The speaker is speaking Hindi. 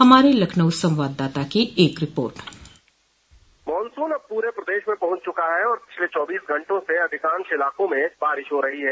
हमारे लखनऊ संवाददाता की एक रिपोर्ट मॉनसून अब पूरे प्रदेश में पहुंच चुका है और पिछले चौबीस घंटों से अधिकांश इलाकों में बारिश हो रही है